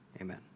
amen